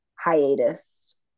hiatus